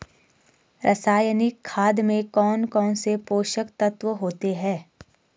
रासायनिक खाद में कौन कौन से पोषक तत्व होते हैं?